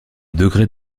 degré